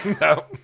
No